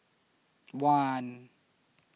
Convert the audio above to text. one